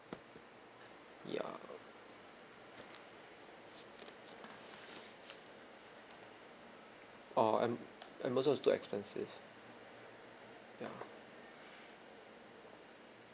ya orh am amazon is too expensive ya